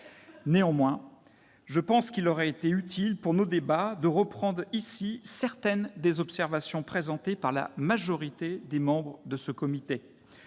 Néanmoins, je pense qu'il aurait été utile pour nos débats de reprendre ici certaines des observations présentées par la majorité des membres de ce comité.